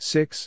Six